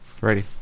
Ready